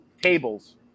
tables